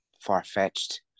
far-fetched